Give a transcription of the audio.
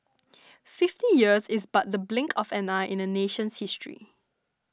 fifty years is but the blink of an eye in a nation's history